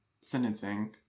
sentencing